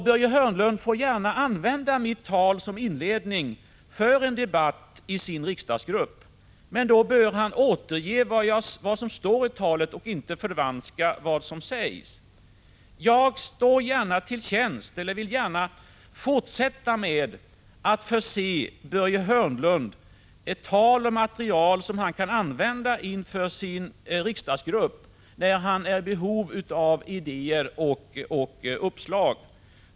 Börje Hörnlund får gärna använda mitt tal som inledning i en debatt i sin riksdagsgrupp, men då bör han återge vad som står i talet och inte förvanska vad som sägs. Jag vill gärna fortsätta med att förse Börje Hörnlund med tal och material som han kan använda inför sin riksdagsgrupp när han är i behov av idéer och uppslag.